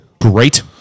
Great